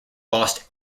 lost